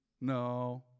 No